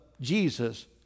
Jesus